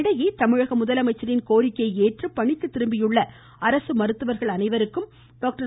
இதனிடையே தமிழக முதலமைச்சரின் கோரிக்கையை ஏற்று பணிக்கு திரும்பியுள்ள அரசு மருத்துவர்கள் அனைவருக்கும் டாக்டர்